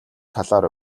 талаар